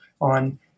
on